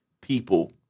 people